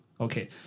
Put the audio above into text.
okay